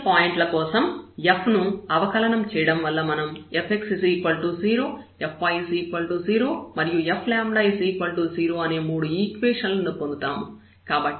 critical పాయింట్ల కోసం F ను అవకలనం చేయడం వల్ల మనం Fx0 Fy0 మరియు F0 అనే మూడు ఈక్వేషన్ లను పొందుతాము